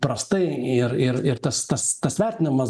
prastai ir ir ir tas tas tas vertinimas